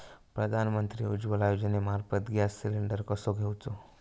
प्रधानमंत्री उज्वला योजनेमार्फत gas cylinder कसो घेऊचो?